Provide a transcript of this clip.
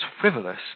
frivolous